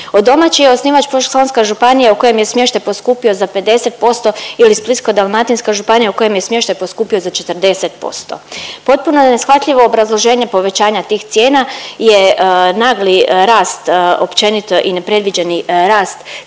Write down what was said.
doma čiji je osnivač Požeško-slavonska županija u kojem je smještaj poskupio za 50% ili Splitsko-dalmatinska županija u kojem je smještaj poskupio za 40%. Potpuno je neshvatljivo obrazloženje povećanja tih cijena je nagli rast općenito i nepredviđeni rast cijena,